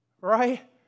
Right